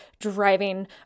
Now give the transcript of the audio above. driving